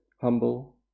humble